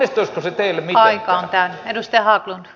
onnistuisiko se teille mitenkään